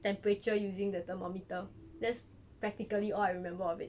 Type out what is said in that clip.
temperature using the thermometer that's practically all I remember of it